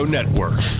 Network